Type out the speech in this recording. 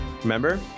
remember